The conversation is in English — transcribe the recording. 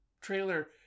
trailer